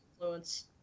influence